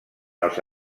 els